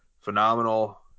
phenomenal